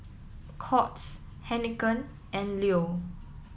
Courts Heinekein and Leo